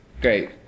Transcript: great